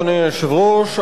אדוני היושב-ראש,